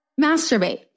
masturbate